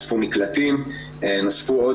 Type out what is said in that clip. נוספו מקלטים,